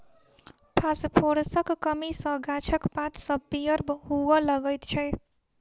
फासफोरसक कमी सॅ गाछक पात सभ पीयर हुअ लगैत छै